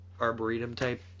Arboretum-type